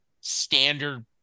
standard